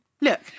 Look